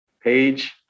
page